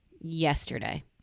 Yesterday